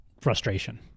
frustration